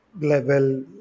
level